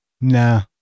Nah